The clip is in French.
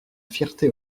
fierté